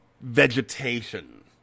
vegetation